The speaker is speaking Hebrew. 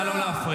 נא לא להפריע.